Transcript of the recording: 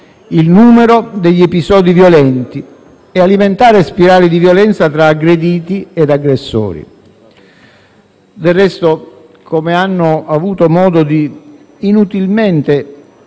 il numero degli episodi violenti, così da alimentare spirali di violenza tra aggrediti e aggressori. Del resto, come hanno avuto modo di evidenziare